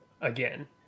again